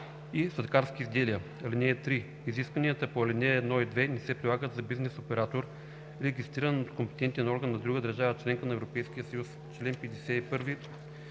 и сладкарски изделия. (3) Изискванията по ал. 1 и 2 не се прилагат за бизнес оператор, регистриран от компетентен орган на друга държава –членка на Европейския съюз.“